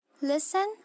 Listen